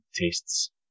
tastes